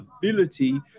ability